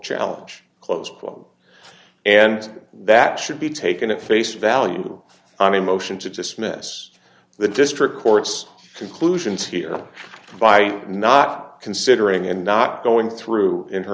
challenge close pull and that should be taken at face value on a motion to dismiss the district court's conclusions here by not considering and not going through in her